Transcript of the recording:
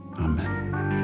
amen